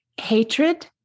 hatred